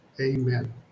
amen